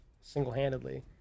single-handedly